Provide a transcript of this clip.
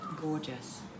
gorgeous